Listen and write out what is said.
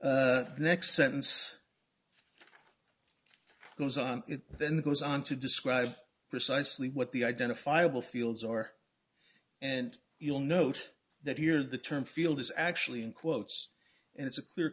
ok next sentence goes on then goes on to describe precisely what the identifiable fields are and you'll note that here the term field is actually in quotes and it's a clear